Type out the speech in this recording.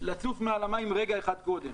לצוף מעל המים רגע אחד קודם.